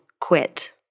quit